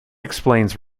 explains